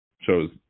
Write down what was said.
shows